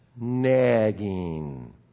nagging